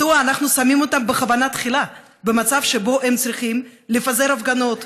מדוע אנחנו שמים אותם בכוונה תחילה במצב שבו הם צריכים לפזר הפגנות,